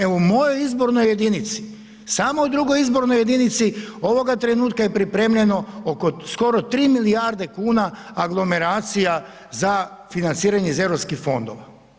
Evo u mojoj izbornoj jedinici, samo u II. izbornoj jedinici, ovoga trenutka je pripremljeno oko skoro 3 milijarde kuna aglomeracija za financiranje iz europskih fondova.